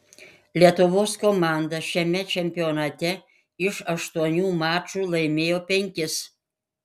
lietuvos komanda šiame čempionate iš aštuonių mačų laimėjo penkis